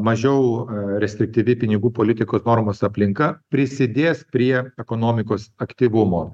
mažiau restrektyvi pinigų politikos normos aplinka prisidės prie ekonomikos aktyvumo